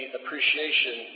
appreciation